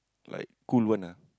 like cool one ah